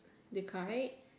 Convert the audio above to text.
the kite